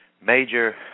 major